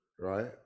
Right